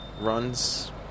runs